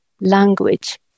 language